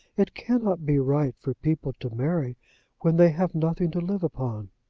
it cannot be right for people to marry when they have nothing to live upon.